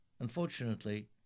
Unfortunately